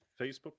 Facebook